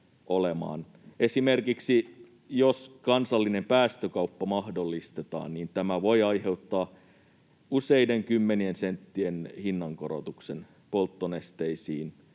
Esimerkiksi jos kansallinen päästökauppa mahdollistetaan, niin tämä voi aiheuttaa useiden kymmenien senttien hinnankorotuksen polttonesteisiin,